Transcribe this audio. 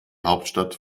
hauptstadt